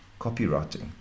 copywriting